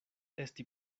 esti